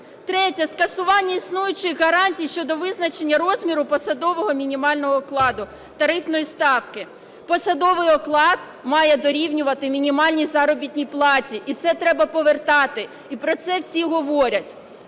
Третє. Скасування існуючих гарантій щодо визначення розміру посадового мінімального окладу (тарифної ставки). Посадовий мінімальний оклад має дорівнювати мінімальній заробітній платі, і це треба повертати, і про це всі говорять.